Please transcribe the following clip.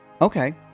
Okay